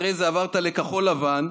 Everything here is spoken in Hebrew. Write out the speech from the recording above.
אחרי זה עברת לכחול לבן,